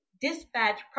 dispatch